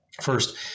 First